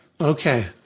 Okay